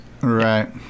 Right